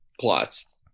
plots